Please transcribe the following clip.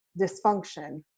dysfunction